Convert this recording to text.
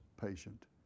patient